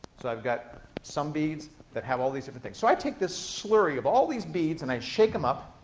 so i've got some beads that have all these different but things. so i take this slurry of all these beads and i shake em up,